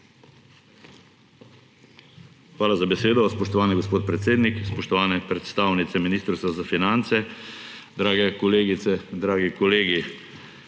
Hvala za besedo, spoštovani gospod predsednik. Spoštovane predstavnice Ministrstva za finance, drage kolegice, dragi kolegi!